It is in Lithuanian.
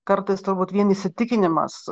kartais turbūt vien įsitikinimas